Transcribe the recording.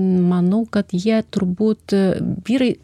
manau kad jie turbūt e vyrai